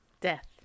Death